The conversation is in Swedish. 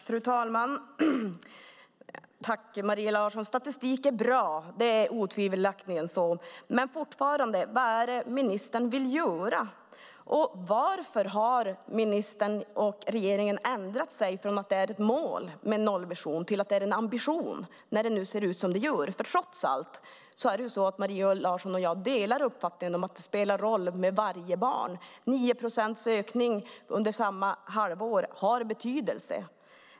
Fru talman! Statistik är bra - det är otvivelaktigt så. Men fortfarande: Vad är det ministern vill göra? Och varför har ministern och regeringen ändrat sig från att nollvision är ett mål till att det är en ambition när det ser ut som det gör? Trots allt delar Maria Larsson och jag uppfattningen att varje barn spelar roll. En ökning med 9 procent under ett år har betydelse.